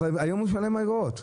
אבל היום הוא משלם אגרות.